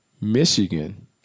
Michigan